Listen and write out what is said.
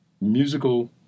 musical